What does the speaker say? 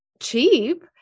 cheap